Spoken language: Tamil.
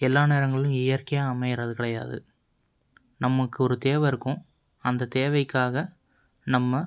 எல்லா நேரங்களும் இயற்கையாக அமைகிறது கிடையாது நமக்கு ஒரு தேவை இருக்கும் அந்த தேவைக்காக நம்ம